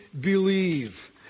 believe